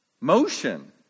motion